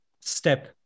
step